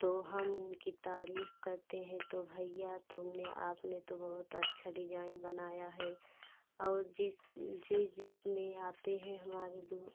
तो हम उनकी तारीफ़ करते हैं तो भइया तुमने आपने तो बहुत अच्छा डिज़ाइन बनाया है और जिस जिस जिस में आते हैं हमारे दू